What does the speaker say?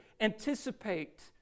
anticipate